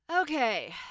Okay